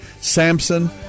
Samson